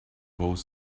both